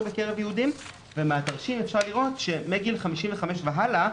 בקרב יהודים ומהתרשים אפשר לראות שמגיל 55 והלאה,